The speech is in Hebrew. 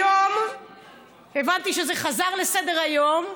היום הבנתי שזה חזר לסדר-היום.